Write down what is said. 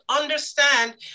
understand